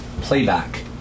playback